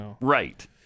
Right